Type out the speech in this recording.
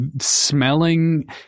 smelling